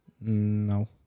No